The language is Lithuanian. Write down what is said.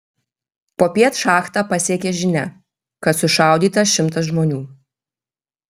popiet šachtą pasiekė žinia kad sušaudyta šimtas žmonių